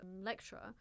lecturer